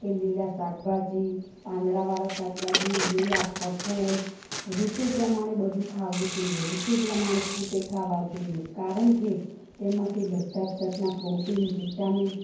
કે લીલા શાકભાજી પાંદડાંવાળા શાકભાજી લીલા કઠોળ ઋતુ પ્રમાણે બધું ખાવું જોઈએ ઋતુ પ્રમાણે ફ્રૂટે ખાવાં જોઈએ કારણ કે તેમાંથી બધાં જ જાતનાં પ્રોટીન વિટામિન